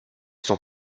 sont